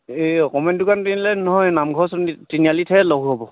এই অকমাণি দোকান তিনিআলিত নহয় নামঘৰ ওচৰৰ তি তিনিআলিহে লগ হ'ব